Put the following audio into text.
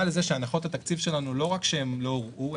לזה שהנחות התקציב שלנו לא רק שהן לא הורעו,